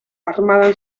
armadan